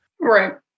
Right